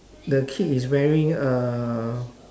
the kid is wearing a